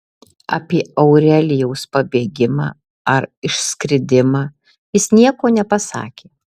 apie aurelijaus pabėgimą ar išskridimą jis nieko nepasakė